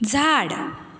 झाड